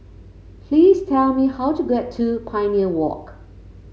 please tell me how to get to Pioneer Walk